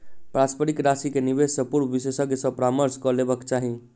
पारस्परिक राशि के निवेश से पूर्व विशेषज्ञ सॅ परामर्श कअ लेबाक चाही